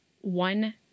One